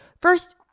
First